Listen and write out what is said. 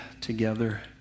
together